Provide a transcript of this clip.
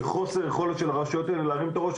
זה חוסר יכולת של הרשויות האלה להרים את הראש.